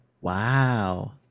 Wow